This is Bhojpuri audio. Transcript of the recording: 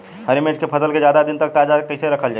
हरि मिर्च के फसल के ज्यादा दिन तक ताजा कइसे रखल जाई?